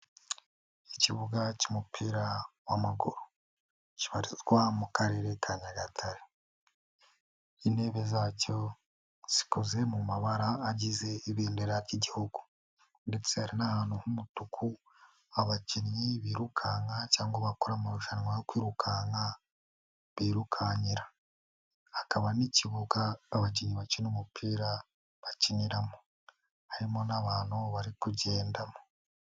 Ikibuga cy'umupira w'amaguru, kibarizwa mu Karere ka Nyagatare, intebe zacyo zikoze mu mabara agize ibendera ry'Igihugu, ndetse hari n'ahantu h'umutuku abakinnyi birukanka cyangwa bakora amarushanwa yo kwirukanka birukankira, hakaba n'ikibuga abakinnyi bakina umupira bakiniramo, harimo n'abantu bari kugendamo.